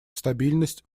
стабильность